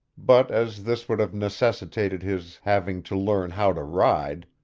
but as this would have necessitated his having to learn how to ride,